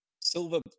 Silver